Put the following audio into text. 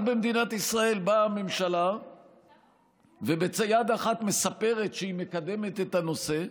רק במדינת ישראל באה הממשלה וביד אחת מספרת שהיא מקדמת את הנושא,